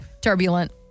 Turbulent